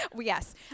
Yes